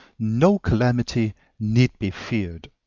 no calamity need be feared.